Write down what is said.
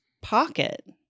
pocket